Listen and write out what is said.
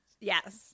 Yes